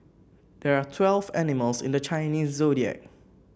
there are twelve animals in the Chinese Zodiac